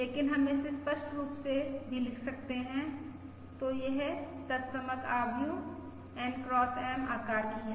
लेकिन हम इसे स्पष्ट रूप से भी लिख सकते हैं तो यह तत्समक आव्यूह N X M आकार की है